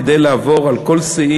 כדי לעבור על כל סעיף